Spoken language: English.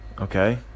okay